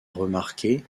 remarquée